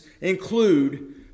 include